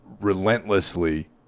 relentlessly